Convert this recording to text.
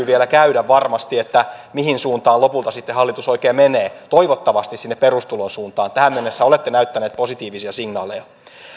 vielä käydä mihin suuntaan lopulta sitten hallitus oikein menee toivottavasti sinne perustulosuuntaan tähän mennessä olette näyttäneet positiivisia signaaleja